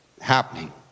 happening